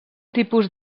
tipus